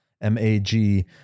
m-a-g